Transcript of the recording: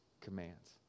commands